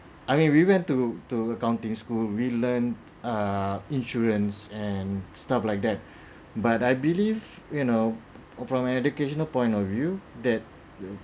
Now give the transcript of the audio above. I mean we went to to accounting school we learn err insurance and stuff like that but I believe you know from an educational point of view that